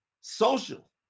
social